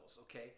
okay